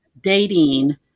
dating